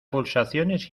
pulsaciones